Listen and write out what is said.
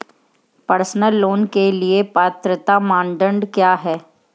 Personal loan के लिए पात्रता मानदंड क्या हैं?